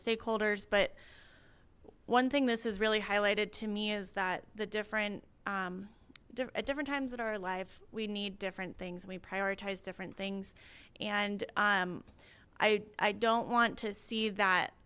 stakeholders but one thing this is really highlighted to me is that the different at different times in our life we need different things we prioritize different things and i i don't want to see that